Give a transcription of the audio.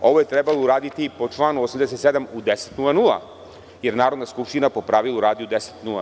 Ovo je trebalo uraditi po članu 87. u 10,00, jer Narodna skupština, po pravilu, radi od 10,00.